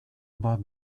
war